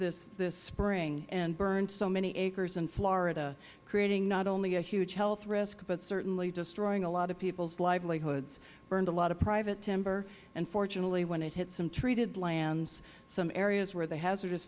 swamp this spring and burned so many acres in florida creating not only a huge health risk but certainly destroying a lot of people's livelihoods burned a lot of private timber and fortunately when it hit some treated lands some areas where the hazardous